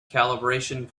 calibration